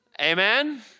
Amen